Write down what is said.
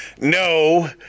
no